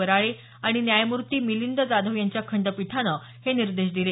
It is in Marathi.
वराळे आणि न्यायमूर्ती मिलिंद जाधव यांच्या खंडपीठानं हे निर्देश दिले